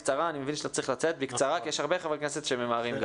עכשיו אבל בקצרה כי יש הרבה חברי כנסת שגם הם ממהרים.